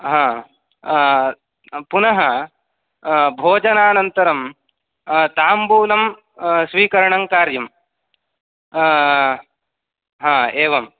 हा पुनः भोजनानन्तरं ताम्बूलं स्वीकरणं कार्यम् हा एवम्